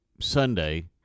Sunday